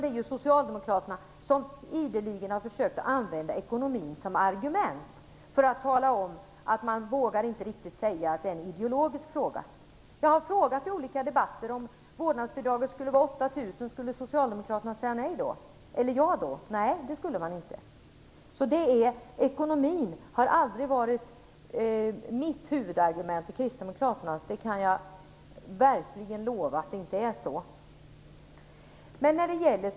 Det är Socialdemokraterna som ideligen har försökt använda ekonomin som argument, eftersom man inte riktigt vågar säga att det är en ideologisk fråga. Jag har i olika debatter frågat hur man skulle ställt sig om vårdnadsbidraget skulle vara 8 000; skulle Socialdemokraterna säga ja då? Nej, det skulle man inte. Ekonomin har aldrig varit mitt eller kristdemokraternas huvudargument, det kan jag verkligen försäkra.